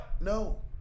no